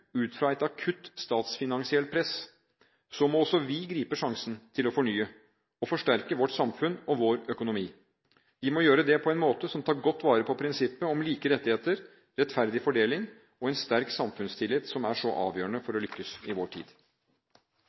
ut fra et akutt statsfinansielt press, må også vi gripe sjansen til å fornye og forsterke vårt samfunn og vår økonomi. Vi må gjøre det på en måte som tar godt vare på prinsippet om like rettigheter, rettferdig fordeling og en sterk samfunnstillit, som er så avgjørende for å lykkes i vår tid.